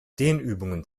dehnübungen